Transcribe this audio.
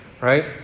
right